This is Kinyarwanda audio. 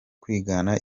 kwigana